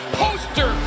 poster